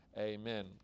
Amen